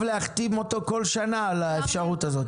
להחתים אותו כל שנה על האפשרות הזאת.